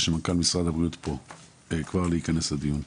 שמנכ"ל משרד הבריאות פה כבר להיכנס לדיון.